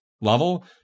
level